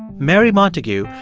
mary montagu,